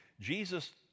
Jesus